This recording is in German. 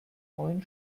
neuen